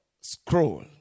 scroll